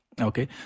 Okay